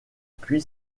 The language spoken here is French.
pluie